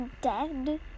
dead